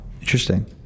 Interesting